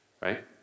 Right